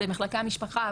במחלקי המשפחה,